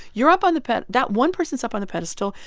you're up on the ped that that one person's up on the pedestal.